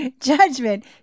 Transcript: judgment